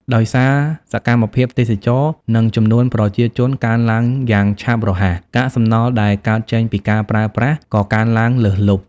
ដោយសារសកម្មភាពទេសចរណ៍ និងចំនួនប្រជាជនកើនឡើងយ៉ាងឆាប់រហ័ស កាកសំណល់ដែលកើតចេញពីការប្រើប្រាស់ក៏កើនឡើងលើសលប់។